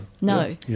No